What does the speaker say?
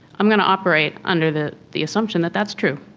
i'm going to operate under the the assumption that that's true.